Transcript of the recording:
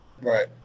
Right